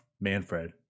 Manfred